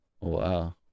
Wow